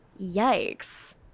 Yikes